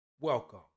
Welcome